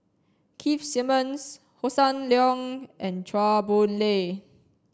keith Simmons Hossan Leong and Chua Boon Lay